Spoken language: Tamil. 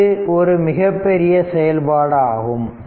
இது ஒரு மிகப்பெரிய செயல்பாடு ஆகும்